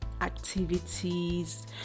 activities